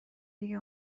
دیگه